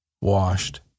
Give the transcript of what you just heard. Washed